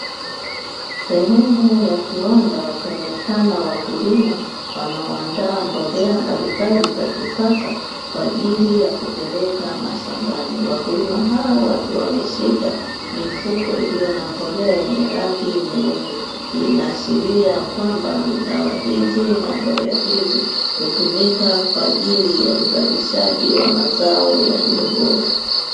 Sehemu ya kiwanda wakionekana wakulima wanaoandaa mbolea mbalimbali za kisasa kwaajili ya kupeleka mashambani. Wakulima hao wakiwa wameshika mifuko iliyo na mbolea yenye rangi nyeupe inaashiria kwamba dawa hizi na mbolea hizi, hutumika kwaajili ya uzalishaji wa mazao yaliyo bora.